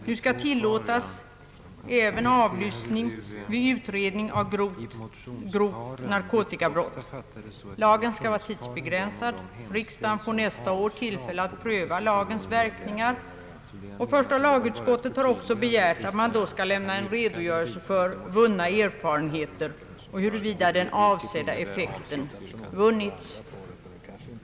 Nu skall tillåtas även avlyssning vid utredning om grovt narkotikabrott. Lagen skall vara tidsbegränsad. Riksdagen får nästa år tillfälle att pröva lagens verkningar, och första lagutskottet har också begärt att man då skall lämna en redogörelse för vunna erfarenheter och meddela huruvida den avsedda effekten uppnåtts.